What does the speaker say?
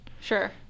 Sure